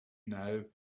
know